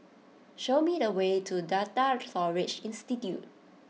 show me the way to Data Storage Institute